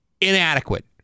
inadequate